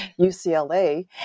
UCLA